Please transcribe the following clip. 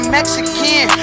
Mexican